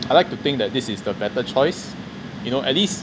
I like to think that this is the better choice you know at least